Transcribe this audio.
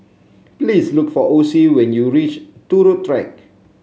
please look for Ocie when you reach Turut Track